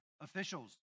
officials